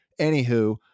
anywho